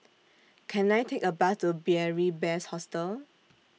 Can I Take A Bus to Beary Best Hostel